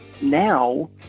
now